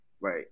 Right